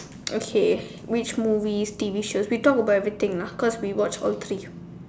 okay which movies T_V shows we talk about everything lah cause we watch all three